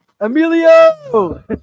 Emilio